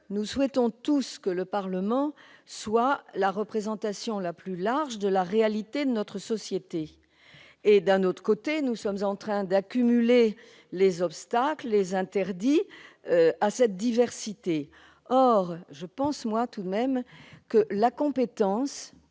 nous souhaitons tous que le Parlement soit la représentation la plus large de la réalité de notre société ; d'un autre côté, nous sommes en train d'accumuler obstacles et interdits à cette diversité. Selon moi, la compétence,